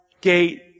gate